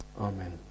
Amen